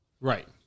Right